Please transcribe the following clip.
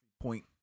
point